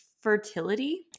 fertility